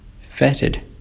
fetid